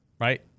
right